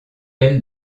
elle